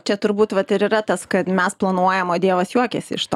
čia turbūt vat ir yra tas kad mes planuojam o dievas juokiasi iš to